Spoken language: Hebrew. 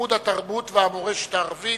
לימוד התרבות והמורשת הערבית),